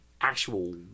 actual